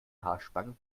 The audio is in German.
haarspange